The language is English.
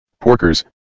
Porkers